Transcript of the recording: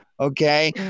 Okay